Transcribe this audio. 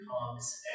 comes